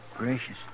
Gracious